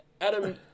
Adam